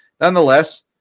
nonetheless